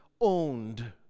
owned